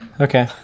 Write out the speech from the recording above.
Okay